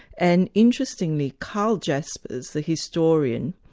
and interestingly, karl jaspers, the historian,